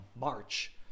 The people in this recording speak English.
March